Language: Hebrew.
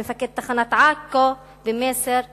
למפקד תחנת עכו, במסר ברור,